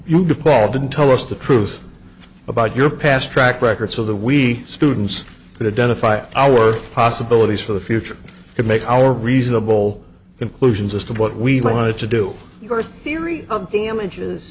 to paul didn't tell us the truth about your past track record so the we students could have done a five hour possibilities for the future to make our reasonable conclusions as to what we wanted to do your theory of damages